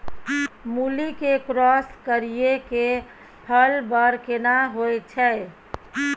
मूली के क्रॉस करिये के फल बर केना होय छै?